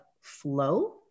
flow